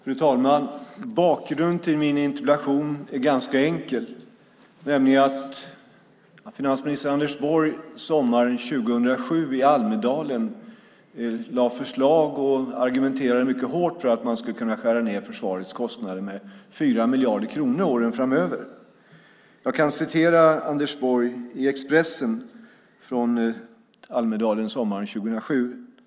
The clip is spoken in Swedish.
Fru talman! Bakgrunden till min interpellation är ganska enkel. Sommaren 2007 lade finansminister Anders Borg i Almedalen fram förslag om och argumenterade mycket hårt för att man skulle skära ned försvarets kostnader med 4 miljarder kronor åren framöver. Jag kan läsa ur Expressen under rubriken Almedalen 2007.